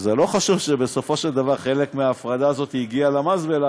לא חשוב שבסופו של דבר חלק מההפרדה הזאת הגיעה למזבלה,